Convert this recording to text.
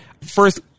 First